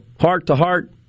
heart-to-heart